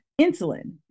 insulin